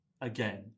again